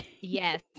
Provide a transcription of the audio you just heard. Yes